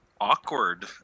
awkward